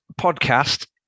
podcast